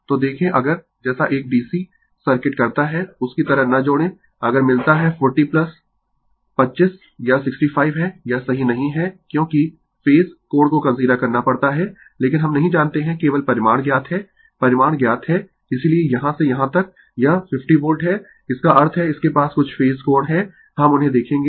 तो देखें अगर जैसा एक DC सर्किट करता है उसकी तरह ना जोड़ें अगर मिलता है 40 25 यह 65 है यह सही नहीं है क्योंकि फेज कोण को कंसीडर करना पड़ता है लेकिन हम नहीं जानते है केवल परिमाण ज्ञात है परिमाण ज्ञात है इसीलिये यहाँ से यहाँ तक यह 50 वोल्ट है इसका अर्थ है इसके पास कुछ फेज कोण है हम उन्हें देखेंगें